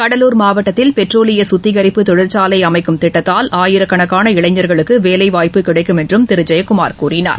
கடலூர் மாவட்டத்தில் பெட்ரோலிய சுத்திகரிப்பு தொழிற்சாலை அமைக்கும் திட்டத்தால் ஆயிரக்கணக்கான இளைஞர்களுக்கு வேலைவாய்ப்பு கிடைக்கும் என்று திரு ஜெயக்குமார் கூறினார்